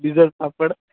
Lijjat पापड